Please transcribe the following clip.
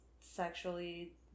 Sexually